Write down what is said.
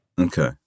Okay